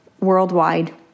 worldwide